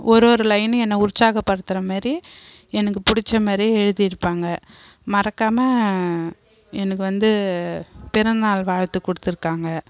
ஒருவொரு லைனும் என்னை உற்சாகப்படுத்துகிற மாரி எனக்கு பிடிச்ச மாரியே எழுதியிருப்பாங்க மறக்காமல் எனக்கு வந்து பிறந்தநாள் வாழ்த்து கொடுத்துருக்காங்க